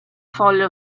folle